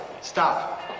Stop